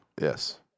Yes